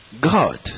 God